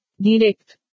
Direct